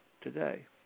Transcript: today